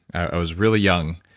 i was really young.